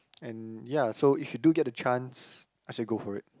and ya so if you do get the chance I shall go for it